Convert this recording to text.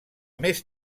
més